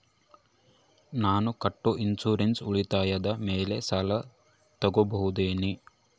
ನಾನು ಕಟ್ಟೊ ಇನ್ಸೂರೆನ್ಸ್ ಉಳಿತಾಯದ ಮೇಲೆ ಸಾಲ ತಗೋಬಹುದೇನ್ರಿ?